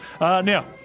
Now